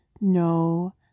no